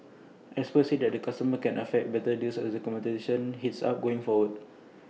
experts said that consumers can expect better deals as the competition heats up going forward